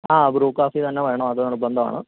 ആ ഗ്രൂപ്പാക്കിത്തന്നെ വേണം അതു നിർബന്ധാണ്